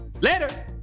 Later